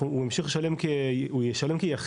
הוא יישלם כיחיד,